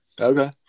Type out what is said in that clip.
Okay